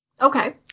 Okay